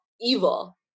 evil